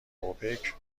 اوپک